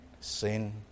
sin